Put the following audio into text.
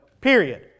Period